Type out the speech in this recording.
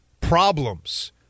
problems